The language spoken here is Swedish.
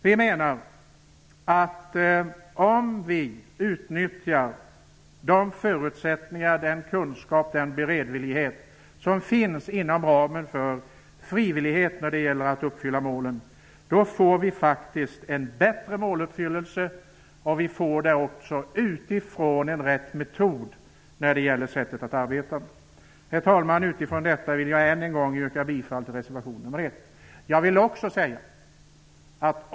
Vi menar att om vi utnyttjar de förutsättningar, den kunskap och den beredvillighet som finns inom ramen för frivillighet när det gäller att uppfylla målen, får vi faktiskt en bättre måluppfyllelse och ett riktigt sätt arbeta. Herr talman! Med detta vill jag än en gång yrka bifall till reservation nr 1.